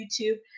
youtube